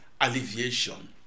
alleviation